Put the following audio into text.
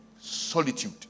solitude